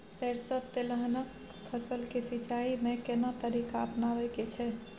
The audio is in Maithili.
सरसो तेलहनक फसल के सिंचाई में केना तरीका अपनाबे के छै?